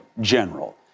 general